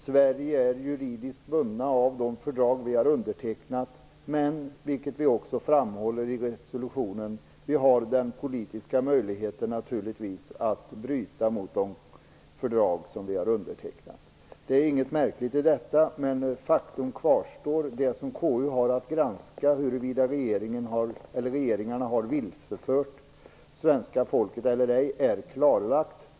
Sverige är juridiskt bundet av de fördrag vi har undertecknat. Men det finns naturligtvis en politisk möjlighet att bryta mot de undertecknade fördragen, vilket också framhålls i reservationen. Det är inget märkligt i detta. Men faktum kvarstår: Det som KU har att granska, huruvida regeringarna har vilsefört svenska folket eller ej, är klarlagt.